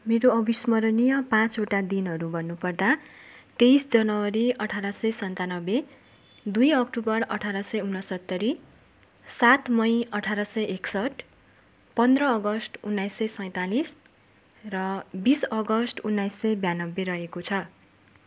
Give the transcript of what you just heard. मेरो अवस्मरणीय पाँचवटा दिनहरू भन्नुपर्दा तेइस जनवरी अठार सय सन्तानब्बे दुई अक्टोबर अठार सय उनसत्तरी सात मई अठार सय एकसठ पन्ध्र अगस्ट उन्नाइस सय सैँतालिस र बिस अगस्ट उन्नाइस सय बियानब्बे रहेको छ